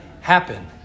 happen